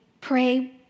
pray